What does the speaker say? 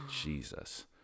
Jesus